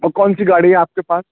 اور کون سی گاڑی ہے آپ کے پاس